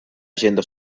agenda